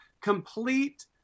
complete